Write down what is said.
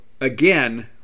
again